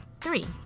Three